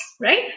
right